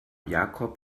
jakob